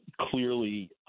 Clearly